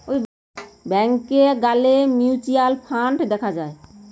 ব্যাংকে গ্যালে mutual fund দেখা যায়